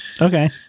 Okay